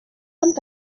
amb